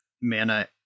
mana